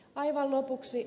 aivan lopuksi